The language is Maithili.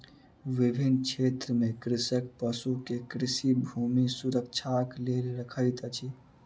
विभिन्न क्षेत्र में कृषक पशु के कृषि भूमि सुरक्षाक लेल रखैत अछि